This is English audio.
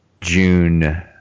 june